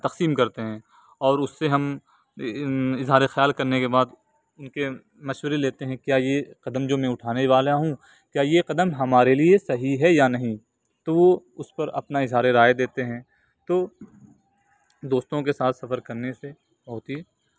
تقسیم کرتے ہیں اور اس سے ہم اظہار خیال کرنے کے بعد ان کے مشورے لیتے ہیں کیا یہ قدم جو میں اٹھانے والا ہوں کیا یہ قدم ہمارے لیے صحیح ہے یا نہیں تو وہ اس پر اپنا اظہارِ رائے دیتے ہیں تو دوستوں کے ساتھ سفر کرنے سے بہت ہی